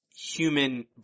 human